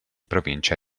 provincia